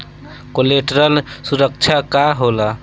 Collateral सुरक्षा का होला?